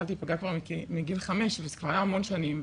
התחלתי להיפגע כבר מגיל חמש וזה כבר היה המון שנים,